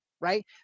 right